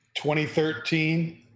2013